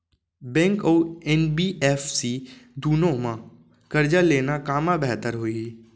Bank अऊ NBFC दूनो मा करजा लेना कामा बेहतर होही?